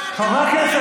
חברי הכנסת,